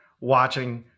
watching